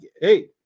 Hey